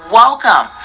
welcome